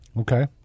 Okay